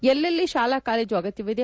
ಎಲ್ಲೆಲ್ಲಿ ತಾಲಾ ಕಾಲೇಜು ಅಗತ್ಯವಿದೆ